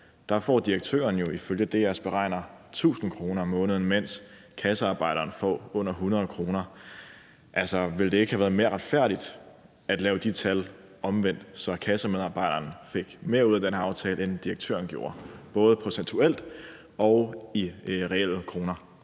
så får direktøren jo ifølge DR's beregner 1.000 kr. mere om måneden, mens kassemedarbejderen får under 100 kr. mere. Ville det ikke have været mere retfærdigt, at det var omvendt, altså at man sørgede for, at kassemedarbejderen fik mere ud af den her aftale, end direktøren gjorde, både procentuelt og i reelle kroner?